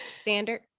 Standard